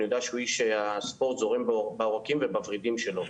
אני יודע שהוא איש שהספורט זורם בעורקים ובוורידים שלו,